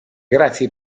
grazie